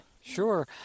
sure